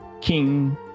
King